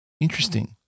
Interesting